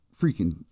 freaking